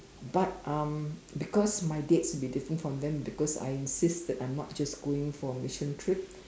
but um because my dates will be different from them because I insist that I'm not just going for a mission trip